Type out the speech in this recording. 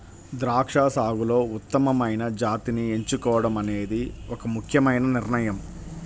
ద్రాక్ష సాగులో ఉత్తమమైన జాతిని ఎంచుకోవడం అనేది ఒక ముఖ్యమైన నిర్ణయం